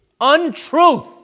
untruth